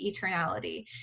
eternality